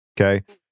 Okay